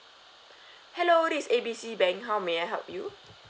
hello this is A B C bank how may I help you